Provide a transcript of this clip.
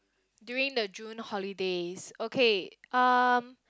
during the June holidays okay um